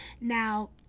now